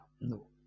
No